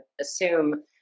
assume